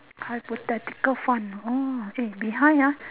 hypothetically fun oh eh behind ah